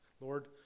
Lord